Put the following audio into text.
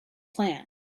plan